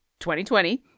2020